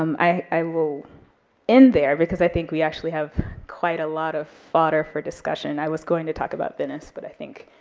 um i will end there, because i think we actually have quite a lot of fodder for discussion, i was going to talk about venice, but i think